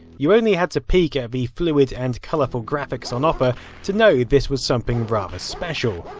you only had to peek at the fluid and colourful graphics on offer to know this was something rather special.